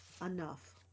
enough